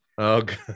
okay